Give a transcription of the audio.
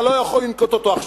אתה לא יכול לנקוט אותו עכשיו.